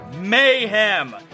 Mayhem